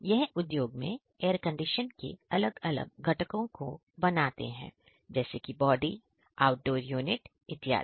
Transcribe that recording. यह उद्योग air condition के अलग अलग घटकों को बनाते हैं जैसे की बॉडी आउटडोर यूनिट इत्यादि